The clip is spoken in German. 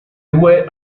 ruhe